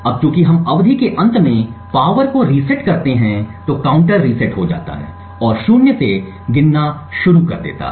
अब चूंकि हम अवधि के अंत में पावर को रीसेट करते हैं तो काउंटर रीसेट हो जाता है और शून्य से गिनना शुरू कर देता है